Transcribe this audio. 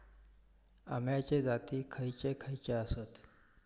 अम्याचे जाती खयचे खयचे आसत?